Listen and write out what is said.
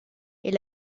est